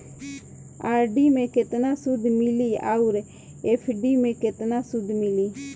RD मे केतना सूद मिली आउर एफ.डी मे केतना सूद मिली?